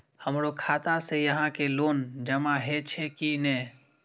हमरो खाता से यहां के लोन जमा हे छे की ने?